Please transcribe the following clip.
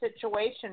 situation